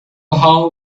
how